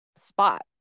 spot